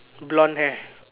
blonde hair